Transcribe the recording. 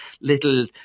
little